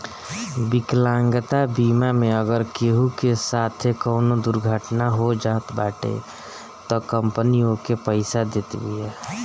विकलांगता बीमा मे अगर केहू के साथे कवनो दुर्घटना हो जात बाटे तअ कंपनी ओके पईसा देत बिया